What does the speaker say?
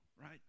right